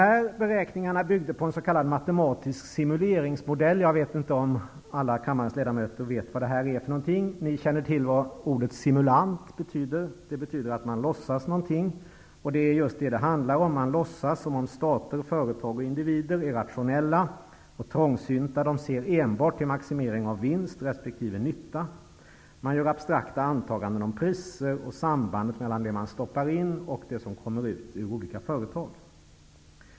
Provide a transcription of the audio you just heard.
Dessa beräkningar byggde på en s.k. matematisk simuleringsmodell. Jag vet inte om kammarens alla ledamöter vet vad detta är för något. Ni känner till vad ordet simulant betyder. Det betyder att man låtsas något, och det är just detta som det handlar om. Man låtsas som om stater, företag och individer är rationella och trångsynta. De ser enbart till maximering av vinst resp. nytta. Man gör abstrakta antaganden om priser och sambandet mellan det som man stoppar in och det som kommer ut ur olika företag.